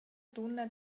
dunna